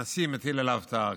הנשיא מטיל עליו את ההרכבה,